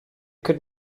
could